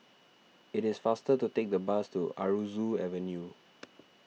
it is faster to take the bus to Aroozoo Avenue